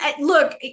look